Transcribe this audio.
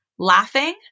Laughing